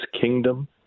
kingdom